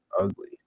ugly